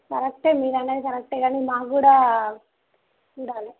కరెక్టే మీరనేది కరెక్టే గానీ మాకు గూడా ఉండాలి